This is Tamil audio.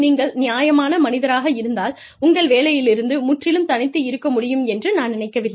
நீங்கள் நியாயமான மனிதராக இருந்தால் உங்கள் வேலையிலிருந்து முற்றிலும் தனித்து இருக்க முடியும் என்று நான் நினைக்கவில்லை